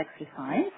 exercise